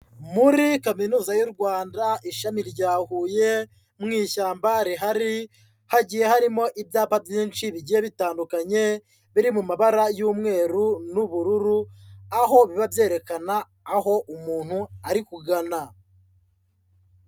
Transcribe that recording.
Muri Kaminuza y'u Rwanda Ishami rya Huye mu ishyamba rihari, hagiye harimo ibyapa byinshi bigiye bitandukanye biri mu mabara y'umweru n'ubururu, aho biba byerekana aho umuntu ari kugana.